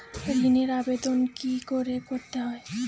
ঋণের আবেদন কি করে করতে হয়?